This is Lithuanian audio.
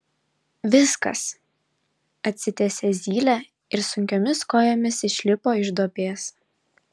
viskas atsitiesė zylė ir sunkiomis kojomis išlipo iš duobės